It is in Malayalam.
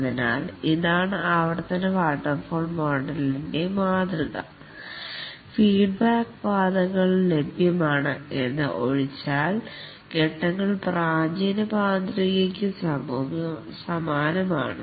അതിനാൽ ഇതാണ് ആവർത്തന വാട്ടർഫാൾ മോഡലിൻ്റെ മാതൃക ഫീഡ്ബാക്ക് പാതകൾ ലഭ്യമാണ് എന്ന് ഒഴിച്ചാൽ ഫേസ് ങ്ങൾ പ്രാചീന മാതൃകക്കു സമാനമാണ്